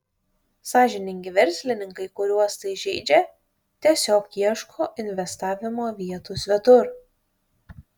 sąžiningi verslininkai kuriuos tai žeidžia tiesiog ieško investavimo vietų svetur